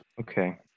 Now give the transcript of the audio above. Okay